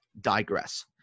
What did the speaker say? digress